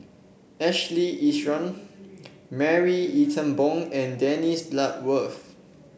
Ashley Isham Marie Ethel Bong and Dennis Bloodworth